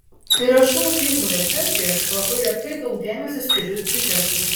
kai rašau filmų recenzijas labai retai daug dėmesio skiriu siužetui